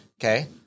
Okay